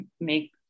make